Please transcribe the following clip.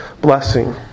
blessing